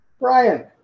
Brian